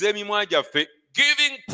Giving